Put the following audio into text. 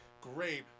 great